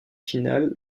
finale